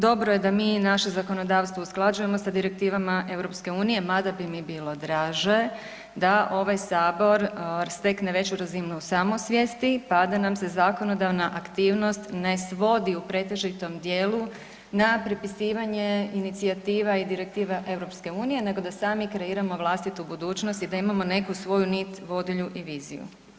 Dobro je da mi naše zakonodavstvo usklađujemo sa direktivama EU, mada bi mi bilo draže da ovaj Sabor stekne veću razinu samosvijesti pa da nam se zakonodavna aktivnost ne svodi u pretežitom dijelu na prepisivanje inicijativa i direktiva EU, nego da sami kreiramo vlastitu budućnost i da imamo neku svoju nit vodilju i viziju.